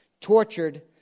tortured